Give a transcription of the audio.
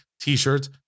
T-shirts